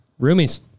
Roomies